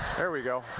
there we go.